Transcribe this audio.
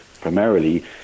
primarily